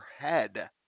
head